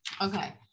Okay